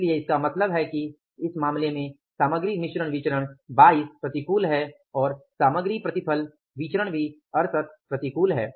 इसलिए इसका मतलब है कि इस मामले में सामग्री मिश्रण विचरण 22 प्रतिकूल है और सामग्री प्रतिफल विचरण भी 68 प्रतिकूल है